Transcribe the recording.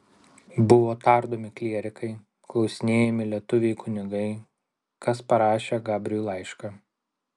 buvo tardomi klierikai klausinėjami lietuviai kunigai kas parašė gabriui laišką